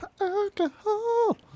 Alcohol